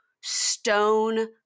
stone